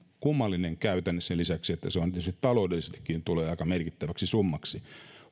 kummallinen käytänne sen lisäksi että se tietysti taloudellisestikin tulee aika merkittäväksi summaksi